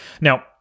Now